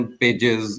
pages